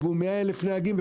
ייבאו 100,000 נהגים.